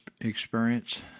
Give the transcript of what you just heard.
experience